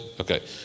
Okay